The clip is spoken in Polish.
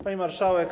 Pani Marszałek!